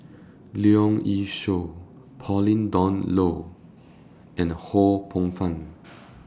Leong Yee Soo Pauline Dawn Loh and Ho Poh Fun